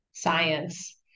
science